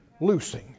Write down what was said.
loosing